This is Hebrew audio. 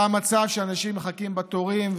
והמצב שאנשים מחכים בתורים,